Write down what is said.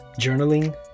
journaling